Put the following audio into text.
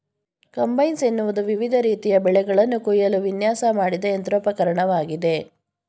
combines ಎನ್ನುವುದು ವಿವಿಧ ರೀತಿಯ ಬೆಳೆಗಳನ್ನು ಕುಯ್ಯಲು ವಿನ್ಯಾಸ ಮಾಡಿದ ಯಂತ್ರೋಪಕರಣವಾಗಿದೆ